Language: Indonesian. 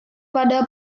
pada